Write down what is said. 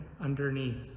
underneath